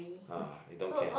ah they don't care